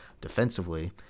defensively